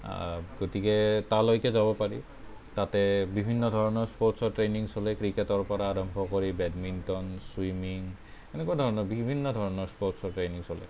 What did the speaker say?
গতিকে তালৈকে যাব পাৰি তাতে বিভিন্ন ধৰণৰ স্পৰ্টচৰ ট্ৰেইনিং চলে ক্ৰিকেটৰ পৰা আৰম্ভ কৰি বেডমিণ্টন ছুইমিং এনেকুৱা ধৰণৰ বিভিন্ন ধৰণৰ স্পৰ্টচৰ ট্ৰেইনিং চলে